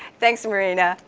thanks marina.